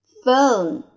phone